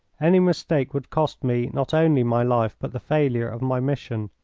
any mistake would cost me not only my life but the failure of my mission.